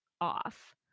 off